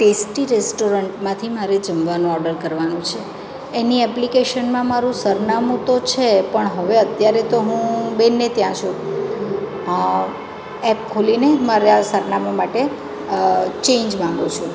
tasty રેસ્ટોરન્ટમાંથી મારે જમવાનું ઓર્ડર કરવાનું છે એની એપ્લિકેશનમાં મારું સરનામું તો છે પણ હવે અત્યારે તો હું બેનને ત્યાં છું એપ ખોલીને મારે આ સરનામા માટે ચેંજ માંગું છું